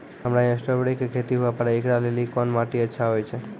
हमरा यहाँ स्ट्राबेरी के खेती हुए पारे, इकरा लेली कोन माटी अच्छा होय छै?